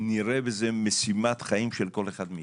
נראה בזה משימת חיים של כל אחד מאתנו.